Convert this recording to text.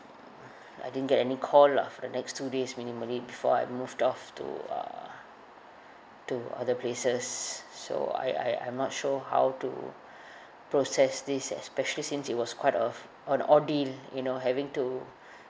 I didn't get any call lah for the next two days minimally before I moved off to uh to other places so I I I'm not sure how to process this especially since it was quite of an ordeal you know having to